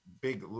big